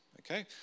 okay